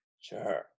Sure